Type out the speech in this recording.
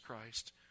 Christ